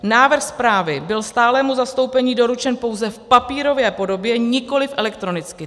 Návrh zprávy byl stálému zastoupení doručen pouze v papírové podobě, nikoliv elektronicky.